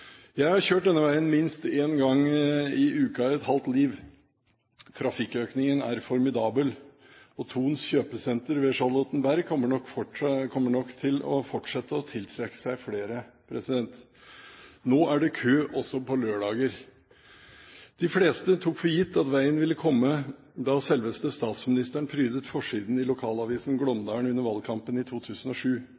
Jeg har kjørt denne veien minst én gang i uka i et halvt liv. Trafikkøkningen er formidabel, og Thons kjøpesenter ved Charlottenberg kommer nok til å fortsette å tiltrekke seg flere. Nå er det kø også på lørdager! De fleste tok for gitt at veien ville komme da selveste statsministeren prydet forsiden i lokalavisen